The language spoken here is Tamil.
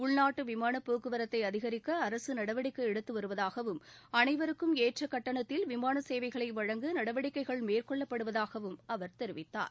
உள்நாட்டு விமான போக்குவரத்தை அதிகரிக்க அரசு நடவடிக்கை எடுத்து வருவதாகவும் அனைவருக்கும் கட்டணத்தில் விமான சேவைகளை வழங்க நடவடிக்கைகள் ஏற்ற மேற்கொள்ளப்படுவதாகவும் அவர் தெரிவித்தார்